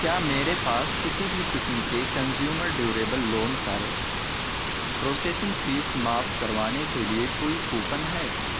کیا میرے پاس کسی بھی قسم کے کنزیومر ڈیوریبل لون پر پروسیسنگ فیس معاف کروانے کے لیے کوئی کوپن ہے